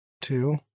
Two